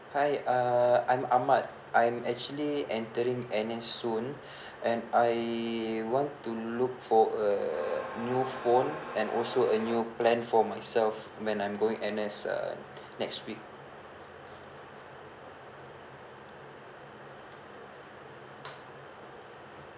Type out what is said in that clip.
hi uh I'm ahmad I'm actually entering N_S soon and I want to look for a new phone and also a new plan for myself when I'm going N_S uh next week